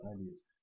ideas